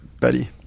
Betty